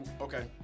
Okay